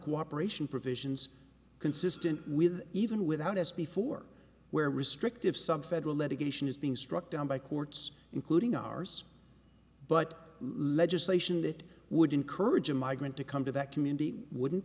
cooperation provisions consistent with even without as before where restrictive some federal legislation is being struck down by courts including ours but legislation that would encourage a migrant to come to that community wouldn't